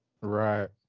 Right